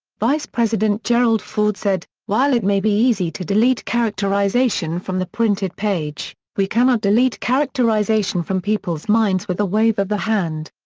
vice president gerald ford said, while it may be easy to delete characterization from the printed page, we cannot delete characterization from people's minds with a wave of the hand.